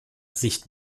sicht